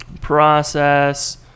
process